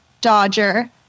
dodger